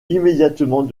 immédiatement